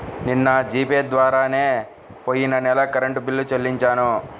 నిన్న G Pay ద్వారానే పొయ్యిన నెల కరెంట్ బిల్లుని చెల్లించాను